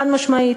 חד-משמעית.